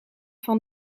van